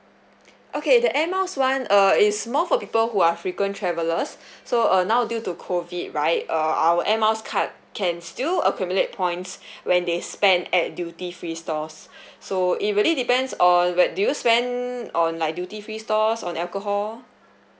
okay the air miles one err is more for people who are frequent travelers so uh now due to COVID right uh our air miles card can still accumulate points when they spend at duty free stores so it really depends on what do you spend on like duty free stores or an alcohol